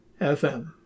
FM